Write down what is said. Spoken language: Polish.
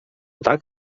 tak